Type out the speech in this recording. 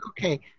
Okay